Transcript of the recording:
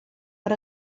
per